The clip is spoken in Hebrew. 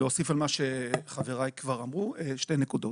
הייתי רוצה להוסיף על מה שחבריי כבר אמרו שתי נקודות.